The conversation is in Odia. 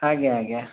ଆଜ୍ଞା ଆଜ୍ଞା